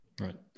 Right